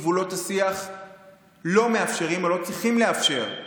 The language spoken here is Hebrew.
גבולות השיח לא מאפשרים, או לא צריכים לאפשר,